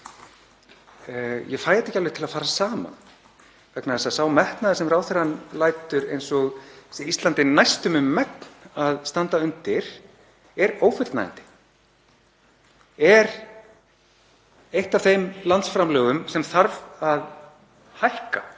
Ég fæ þetta ekki alveg til að fara saman vegna þess að sá metnaður sem ráðherrann lætur eins og sé Íslandi næstum um megn að standa undir er ófullnægjandi, er eitt af þeim landsframlögum sem þarf að hækka